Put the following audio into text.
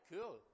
cool